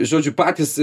žodžiu patys